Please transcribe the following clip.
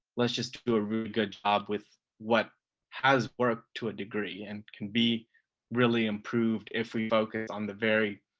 let's just do a really good job with what has worked to a degree and can be really improved if we focus on the very,